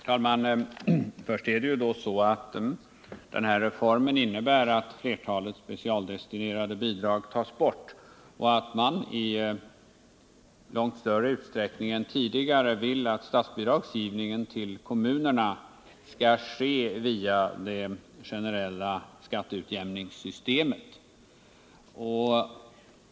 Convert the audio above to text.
Herr talman! Till att börja med är det så att den här reformen innebär att flertalet specialdestinerade bidrag tas bort och att man i långt större utsträckning än tidigare vill att statsbidragsgivningen till kommunerna skall ske via det generella skatteutjämningssystemet.